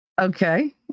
okay